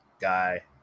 guy